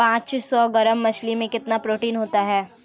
पांच सौ ग्राम मछली में कितना प्रोटीन होता है?